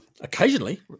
Occasionally